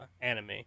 anime